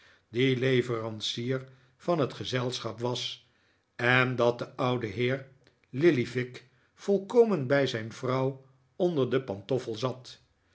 die leverancier van het gezelschap was en dat de oude heer lilly vick volkomen bij zijn vrouw onder de pantoffel zat